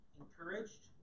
encouraged